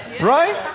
Right